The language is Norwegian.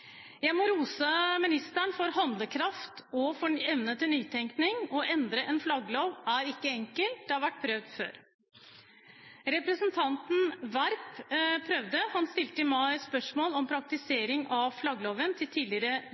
Jeg må rose ministeren for handlekraft og for evne til nytenkning. Å endre en flagglov er ikke enkelt, det har vært prøvd før. Representanten Verp prøvde. Han stilte i mai spørsmål om praktisering av flaggloven til tidligere